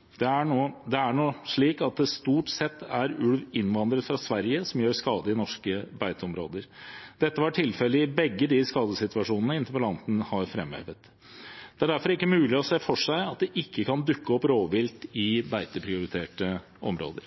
er mulig å unngå. Det er nå slik at det stort sett er ulv innvandret fra Sverige som gjør skade i norske beiteområder. Dette var tilfellet i begge de skadesituasjonene interpellanten har framhevet. Det er derfor ikke mulig å se for seg at det ikke kan dukke opp rovvilt i beiteprioriterte områder.